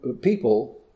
people